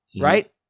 right